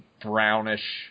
brownish